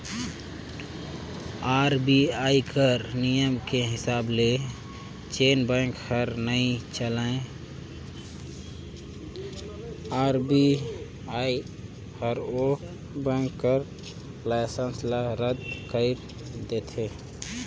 RBI कर नियम के हिसाब ले जेन बेंक हर नइ चलय आर.बी.आई हर ओ बेंक कर लाइसेंस ल रद कइर देथे